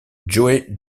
joey